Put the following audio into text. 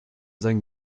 sein